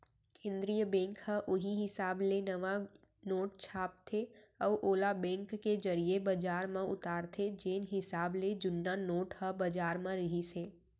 केंद्रीय बेंक ह उहीं हिसाब ले नवा नोट छापथे अउ ओला बेंक के जरिए बजार म उतारथे जेन हिसाब ले जुन्ना नोट ह बजार म रिहिस हे